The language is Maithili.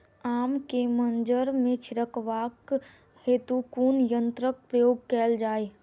आम केँ मंजर मे छिड़काव हेतु कुन यंत्रक प्रयोग कैल जाय?